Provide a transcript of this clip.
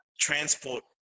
transport